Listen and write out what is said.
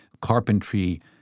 carpentry